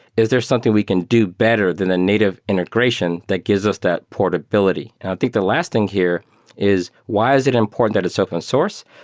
is there something we can do better than the native integration that gives us that portability? i think the last thing here is why is it important that it's open source?